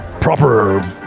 proper